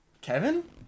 kevin